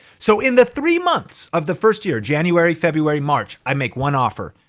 so in the three months of the first year, january, february, march, i make one offer,